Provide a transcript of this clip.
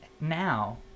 now